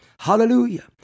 Hallelujah